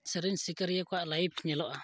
ᱥᱮᱨᱮᱧ ᱥᱤᱠᱟᱹᱨᱤᱭᱟᱹ ᱠᱚᱣᱟᱜ ᱞᱟᱭᱤᱯᱷ ᱧᱮᱞᱚᱜᱼᱟ